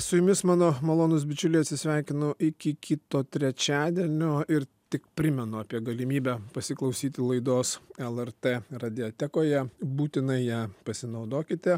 su jumis mano malonūs bičiuliai atsisveikinu iki kito trečiadienio ir tik primenu apie galimybę pasiklausyti laidos lrt radiotekoje būtinai ja pasinaudokite